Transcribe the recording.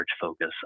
focus